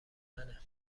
منه